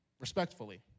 respectfully